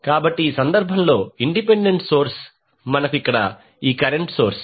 కాబట్టి ఈ సందర్భంలో ఇండిపెండెంట్ సోర్స్ మనకు ఈ కరెంట్ సోర్స్